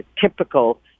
typical